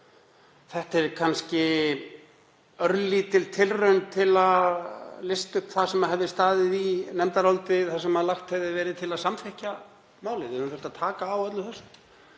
Þetta er kannski örlítil tilraun til að lista upp það sem hefði staðið í nefndaráliti þar sem lagt hefði verið til að samþykkja málið. Við hefðum þurft að taka á öllu þessu.